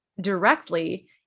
directly